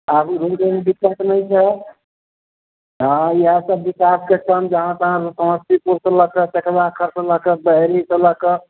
आगु रूम तूम दिक्कत नहि छै हँ इएह सब विकास के काम जहाँ तहाँ सऽ समस्तीपुर सऽ लऽ कऽ सखबा खर सऽ लऽ कऽ बहेड़ी सऽ लऽ कऽ